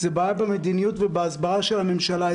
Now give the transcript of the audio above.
זה בעיה במדיניות ובהסברה של הממשלה.